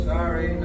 Sorry